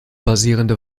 basierende